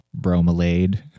bromelade